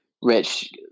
Rich